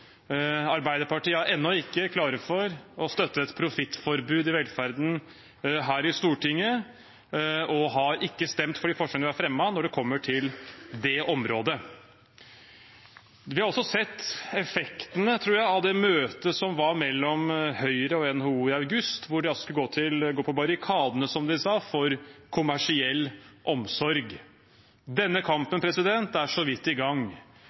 Arbeiderpartiet er ennå ikke klar for å støtte et profittforbud i velferden, her i Stortinget, og har ikke stemt for de forslagene vi har fremmet når det kommer til det området. Vi har også sett effektene, tror jeg, av det møtet som var mellom Høyre og NHO i august, hvor de altså skulle gå på barrikadene, som de sa, for kommersiell omsorg. Denne kampen er så vidt i gang.